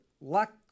luck